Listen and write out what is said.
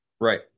Right